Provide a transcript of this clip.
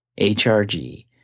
HRG